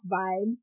vibes